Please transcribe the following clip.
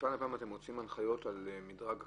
מפעם לפעם אתם מוציאים הנחיות על מדרג קנסות?